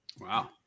Wow